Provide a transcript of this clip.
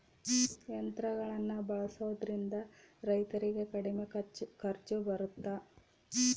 ಯಂತ್ರಗಳನ್ನ ಬಳಸೊದ್ರಿಂದ ರೈತರಿಗೆ ಕಡಿಮೆ ಖರ್ಚು ಬರುತ್ತಾ?